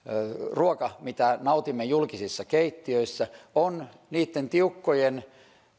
ruoka mitä nautimme julkisissa keittiöissä on niitten tiukkojen